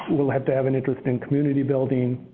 will have to have an interest in community building,